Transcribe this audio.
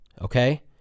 okay